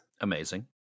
Amazing